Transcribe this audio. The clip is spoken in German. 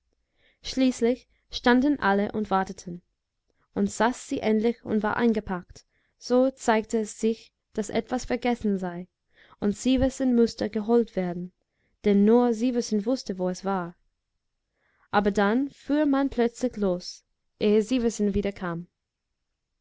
schließlich standen alle und warteten und saß sie endlich und war eingepackt so zeigte es sich daß etwas vergessen sei und sieversen mußte geholt werden denn nur sieversen wußte wo es war aber dann fuhr man plötzlich los eh sieversen wiederkam